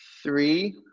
Three